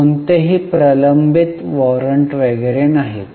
कोणतेही प्रलंबित वॉरंट वगैरे नाहीत